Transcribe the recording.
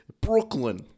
Brooklyn